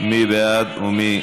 מי בעד ומי